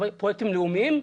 פרויקטים לאומיים,